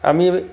আমি